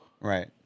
right